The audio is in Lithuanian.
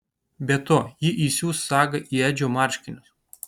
be to ji įsius sagą į edžio marškinius